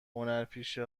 هنرپیشه